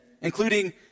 including